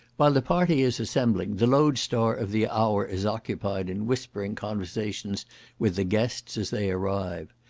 while the party is assembling, the load-star of the hour is occupied in whispering conversations with the guests as they arrive.